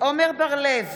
עמר בר לב,